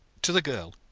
to the girl,